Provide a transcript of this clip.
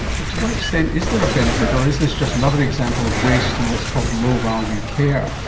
but to what extent is there a benefit, or is this just another example of waste and what's called low value care?